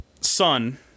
son